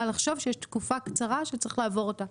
לחשוב שיש תקופה קצרה שצריך לעבור אותה,